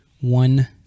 one